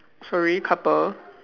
sorry couple